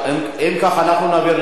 אנחנו נעביר לוועדת הכנסת,